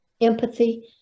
empathy